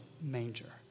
manger